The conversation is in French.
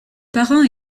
parents